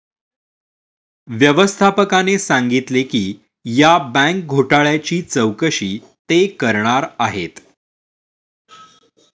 व्यवस्थापकाने सांगितले की या बँक घोटाळ्याची चौकशी ते करणार आहेत